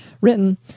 written